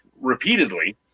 repeatedly